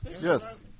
Yes